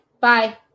Bye